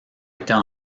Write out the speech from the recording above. était